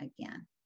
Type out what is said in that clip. again